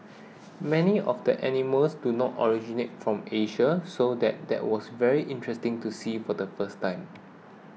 many of the animals do not originate from Asia so that that was very interesting to see for the first time